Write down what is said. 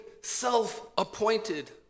self-appointed